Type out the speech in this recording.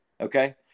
Okay